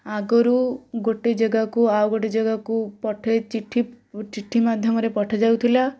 ଆଗରୁ ଗୋଟେ ଜାଗାକୁ ଆଉ ଗୋଟେ ଜାଗାକୁ ପଠେଇ ଚିଠି ଚିଠି ମାଧ୍ୟମରେ ପଠାଯାଉଥିଲା